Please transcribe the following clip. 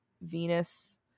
Venus